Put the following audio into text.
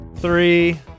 three